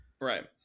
Right